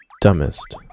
dumbest